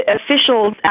officials